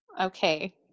Okay